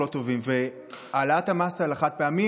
העלאת המס על החד-פעמי,